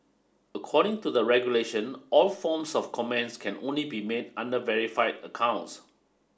according to the regulation all forms of comments can only be made under verified accounts